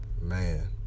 man